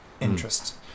interest